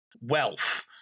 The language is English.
wealth